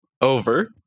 over